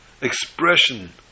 expression